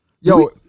Yo